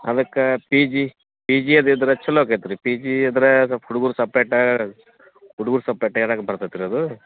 ಅದಕ್ಕೆ P G P G ಅದು ಇದ್ರೆ ಚೊಲೋ ಆಗತ್ ರೀ ಪಿ ಜೀ ಇದ್ರೆ ಸ್ವಲ್ಪ ಹುಡ್ಗರು ಸಪ್ರೇಟ್ಟಾ ಹುಡ್ಗರು ಸಪ್ರೇಟಾಗಿ ಇರಕ್ಕೆ ಬರ್ತೈತ್ರಿ ಅದು